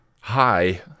Hi